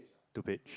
two page